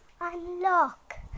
Unlock